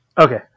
Okay